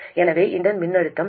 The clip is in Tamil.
எனவே இதன் மின்னழுத்தம் 0